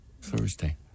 Thursday